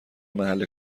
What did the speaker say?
محل